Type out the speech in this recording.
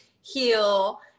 heal